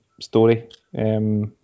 story